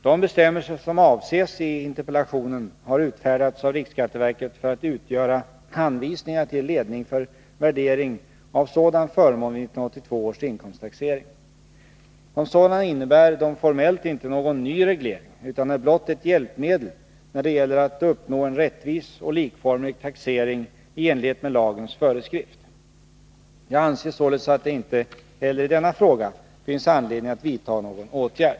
De bestämmelser som avses i interpellationen har utfärdats av riksskatteverket för att utgöra anvisningar till ledning för värdering av sådan förmån vid 1982 års inkomsttaxering. Som sådana innebär de formellt inte någon ny reglering utan är blott ett hjälpmedel när det gäller att uppnå en rättvis och likformig taxering i enlighet med lagens föreskrift. Jag anser således att det inte heller i denna fråga finns anledning att vidta någon åtgärd.